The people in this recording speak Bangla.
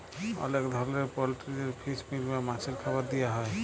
অলেক ধরলের পলটিরিদের ফিস মিল বা মাছের খাবার দিয়া হ্যয়